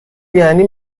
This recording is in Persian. یعنی